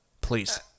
Please